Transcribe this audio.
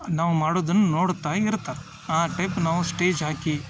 ನಾವು ಮಾಡಿದ್ದನ್ನು ನೋಡುತ್ತಾ ಇರ್ತಾರೆ ಆ ಟೈಪ್ ನಾವು ಸ್ಟೇಜ್ ಹಾಕಿ